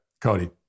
Cody